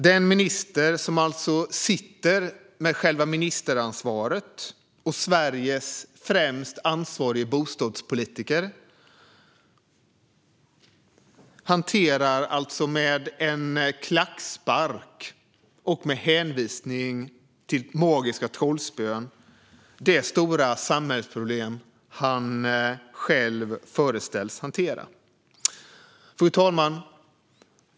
Den minister som sitter med själva ministeransvaret och Sveriges främst ansvarige bostadspolitiker hanterar alltså med en klackspark och med en hänvisning till magiska trollspön det stora samhällsproblem han själv är satt att hantera. Fru talman!